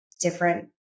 different